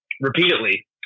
repeatedly